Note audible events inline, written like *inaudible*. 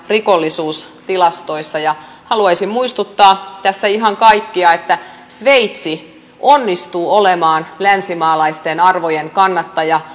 rikollisuustilastoissa haluaisin muistuttaa tässä ihan kaikkia että sveitsi onnistuu olemaan länsimaalaisten arvojen kannattaja *unintelligible*